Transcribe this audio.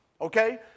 Okay